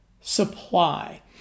supply